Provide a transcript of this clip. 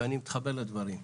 ואני מתחבר לדברים.